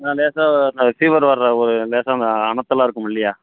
ஆா லேசாக ஃபிவர் வர்ர ஒரு லேசாக அந்த அனத்தலாம் இருக்கும் இல்லையா